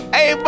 Hey